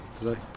today